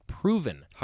Proven